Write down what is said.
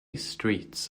streets